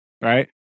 Right